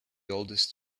oldest